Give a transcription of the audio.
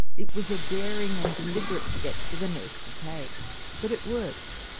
it was a daring and deliberate step for the nurse to take but it worked.